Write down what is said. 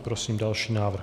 Prosím další návrh.